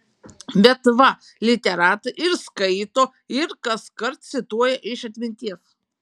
bet va literatai ir skaito ir kaskart cituoja iš atminties